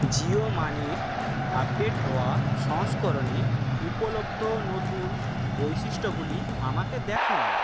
জিও মানির আপডেট হওয়া সংস্করণে উপলব্ধ নতুন বৈশিষ্ট্যগুলি আমাকে দেখান